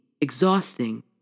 exhausting